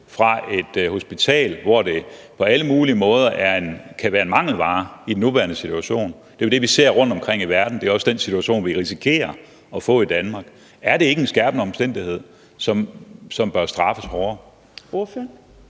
28 l håndsprit, hvor det på alle mulige måder kan være en mangelvare i den nuværende situation. Det er jo det, som vi ser rundtomkring i verden, og det er også den situation, som vi risikerer at få i Danmark. Er det ikke en skærpende omstændighed, som bør straffes hårdere?